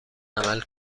عمل